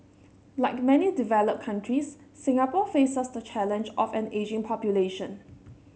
like many developed countries Singapore faces the challenge of an ageing population